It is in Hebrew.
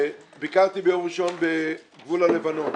ביקרתי ביום ראשון בגבול הלבנון